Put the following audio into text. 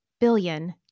billion